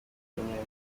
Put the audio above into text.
rw’imyenda